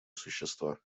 существа